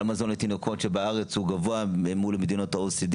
המזון לתינוקות שבארץ הוא גבוה מול מדינות ה-OECD